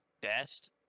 best